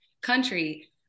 country